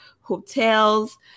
hotels